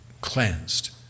cleansed